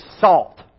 salt